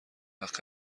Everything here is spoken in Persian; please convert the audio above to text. وقت